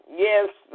yes